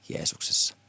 Jeesuksessa